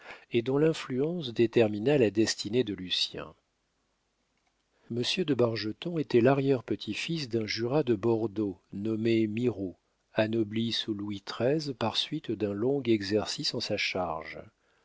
et dont l'influence détermina la destinée de lucien monsieur de bargeton était